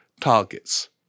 targets